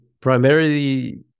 primarily